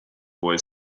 boy